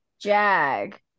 Jag